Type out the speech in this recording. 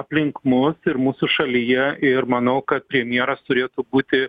aplink mus ir mūsų šalyje ir manau kad premjeras turėtų būti